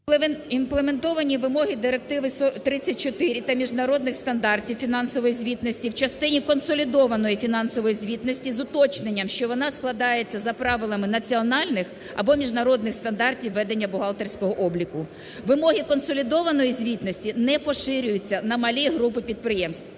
Імплементовані вимоги Директиви 34 та міжнародних стандартів фінансової звітності в частині консолідованої фінансової звітності з уточненням, що вона складається за правилами національних або міжнародних стандартів ведення бухгалтерського обліку. Вимоги консолідованої звітності не поширюються на малі групи підприємств.